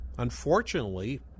unfortunately